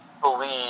believe